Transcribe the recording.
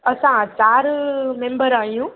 असां चारि मेंबर आहियूं